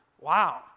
Wow